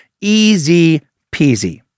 easy-peasy